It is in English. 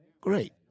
Great